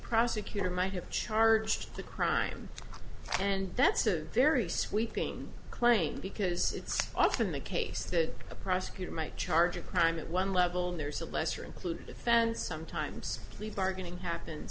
prosecutor might have charged the crime and that's a very sweeping claim because it's often the case that a prosecutor might charge a crime at one level and there's a lesser included offense sometimes plea bargaining happen